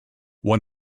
won